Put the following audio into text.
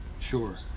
Sure